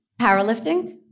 powerlifting